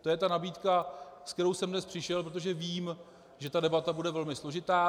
To je nabídka, se kterou jsem dnes přišel, protože vím, že debata bude velmi složitá.